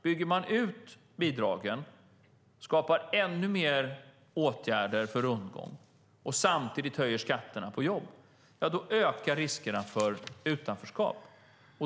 Bygger man ut bidragen, vidtar ännu fler åtgärder som innebär rundgång och samtidigt höjer skatterna på jobb då ökar riskerna för utanförskap.